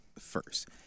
first